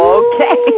okay